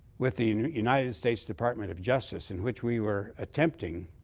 with the united states department of justice in which we were attempting